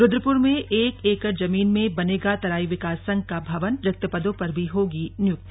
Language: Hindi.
रुद्रपुर में एक एकड़ जमीन में बनेगा तराई विकास संघ का भवन रिक्त पदों पर भी होगी नियुक्ति